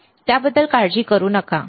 हे अगदी बरोबर आहे त्याबद्दल काळजी करू नका